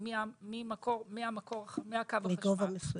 מטרים מקו החשמל,